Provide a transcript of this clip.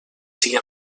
siga